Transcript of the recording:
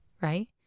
right